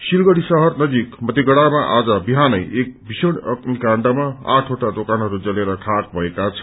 सिलगढ़ी शहर नजिक मतिगढ़ामा आज बिहानै एक भीषण अग्निकाण्डमा आठवटा दोकानहरू जलेर खाक भएका छन्